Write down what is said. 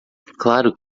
claro